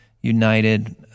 united